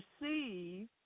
receive